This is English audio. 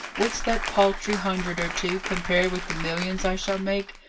what's that paltry hundred or two, compared with the millions i shall make?